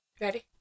Ready